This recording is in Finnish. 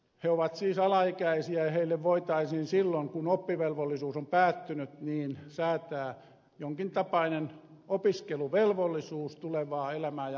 he ovat siis alaikäisiä ja heille voitaisiin silloin kun oppivelvollisuus on päättynyt säätää jonkintapainen opiskeluvelvollisuus tulevaa elämää ja ammattia varten